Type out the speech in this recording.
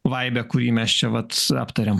vaibe kurį mes čia vat aptariam